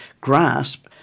grasp